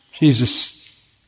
Jesus